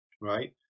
right